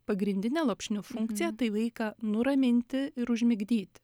pagrindinę lopšinių funkciją tai vaiką nuraminti ir užmigdyti